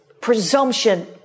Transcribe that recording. presumption